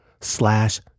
slash